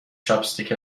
چاپستیک